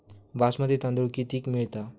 बासमती तांदूळ कितीक मिळता?